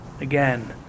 Again